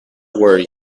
worry